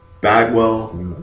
Bagwell